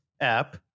app